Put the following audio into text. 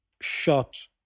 shot